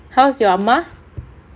how's your amma